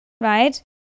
right